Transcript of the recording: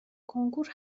کنکور